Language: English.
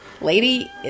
Lady